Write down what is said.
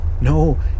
No